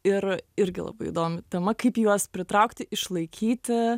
ir irgi labai įdomi tema kaip juos pritraukti išlaikyti